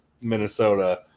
Minnesota